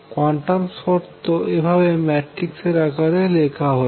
quantum শর্ত এইভাবে matrix আকারে লেখা হয়েছে